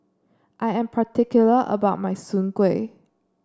I am particular about my Soon Kuih